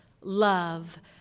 love